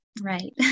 right